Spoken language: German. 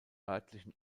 örtlichen